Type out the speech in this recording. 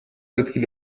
etkili